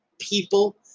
people